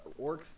orcs